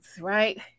right